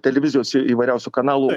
televizijos įvairiausių kanalų